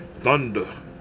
Thunder